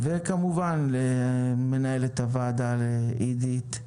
וכמובן את מנהלת הוועדה עידית,